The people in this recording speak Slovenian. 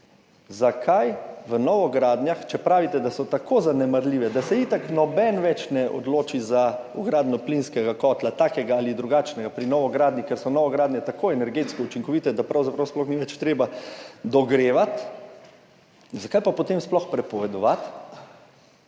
Zakaj v novogradnjah, če pravite, da so tako zanemarljive, da se itak noben več ne odloči za vgradnjo plinskega kotla, takega ali drugačnega pri novogradnji, ker so novogradnje tako energetsko učinkovite, da pravzaprav sploh ni več treba dogrevati, zakaj pa potem sploh prepovedovati?